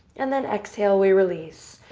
and then exhale. we release.